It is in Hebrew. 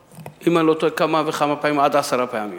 אם אני לא טועה, כמה וכמה פעמים, עד עשר פעמים,